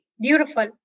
Beautiful